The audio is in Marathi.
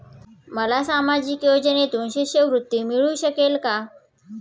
मला सामाजिक योजनेतून शिष्यवृत्ती मिळू शकेल का?